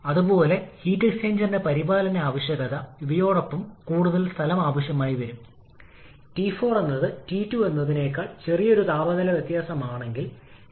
അതിനാൽ ഒരേ ഷാഫ്റ്റിൽ കംപ്രസ്സറും ടർബൈനും മ mount ണ്ട് ചെയ്യുന്നതിനുപകരം ടർബൈൻ രണ്ട് ഘടകങ്ങളായി വിഭജിക്കുന്നു